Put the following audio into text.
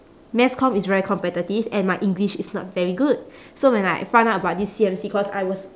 mass comm is very competitive and my english is not very good so when like I found out about this C_M_C course I was